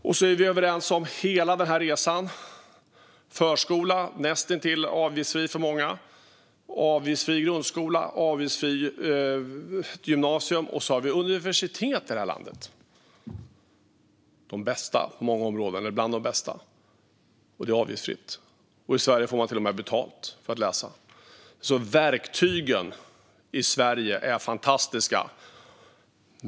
Vi är överens om hela denna resa: En nästintill avgiftsfri förskola för många, en avgiftsfri grundskola och ett avgiftsfritt gymnasium. Sedan har vi universitet i detta land, bland de bästa på många områden och ibland de bästa, och de är avgiftsfria. I Sverige får man till och med betalt för att läsa. Verktygen i Sverige är alltså fantastiska.